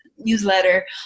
newsletter